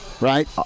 Right